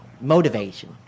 motivation